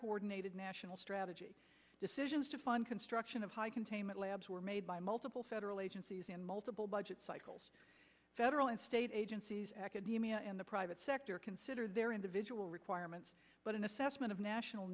coordinated national strategy decisions to fund construction of high containment labs were made by multiple federal agencies and multiple budget cycles federal and state agencies academia and the private sector consider their individual requirements but an assessment of national